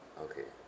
okay